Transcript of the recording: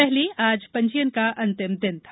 पहले आज पंजीयन का अंतिम दिन था